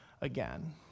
again